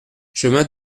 chemin